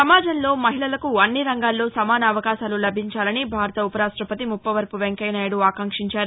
సమాజంలో మహిళలకు అన్ని రంగాలలో సమాన అవకాశాలు లభించాలని భారత ఉపరాష్టపతి ముప్పవరపు వెంకయ్యనాయుడు ఆకాంక్షించారు